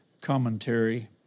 commentary